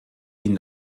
ihnen